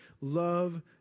love